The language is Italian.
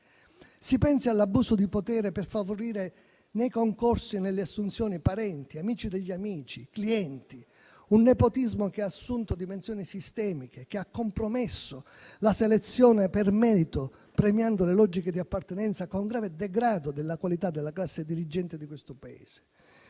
Si pensi all'abuso di potere per favorire nei concorsi e nelle assunzioni parenti, amici degli amici o clienti: si tratta di un nepotismo che ha assunto dimensioni sistemiche e ha compromesso la selezione per merito, premiando le logiche di appartenenza, con grave degrado della qualità della classe dirigente di questo Paese.